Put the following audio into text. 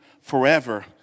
forever